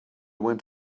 went